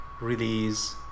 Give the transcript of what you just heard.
release